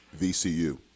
VCU